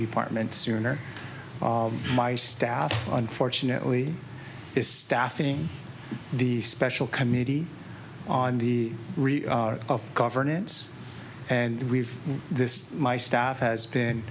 department sooner my staff unfortunately is staffing the special committee on the of governance and we've this my staff has been